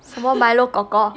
什么 milo kor kor